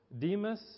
Demas